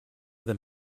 them